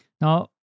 Now